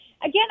again